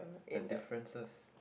the differences